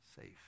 safe